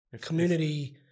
community